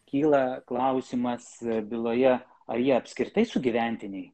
kyla klausimas byloje ar jie apskritai sugyventiniai